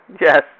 Yes